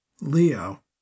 Leo